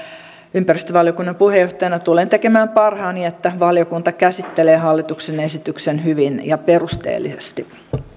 ympäristövaliokunnan puheenjohtajana tulen tekemään parhaani että valiokunta käsittelee hallituksen esityksen hyvin ja perusteellisesti